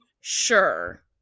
Sure